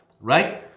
right